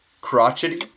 crotchety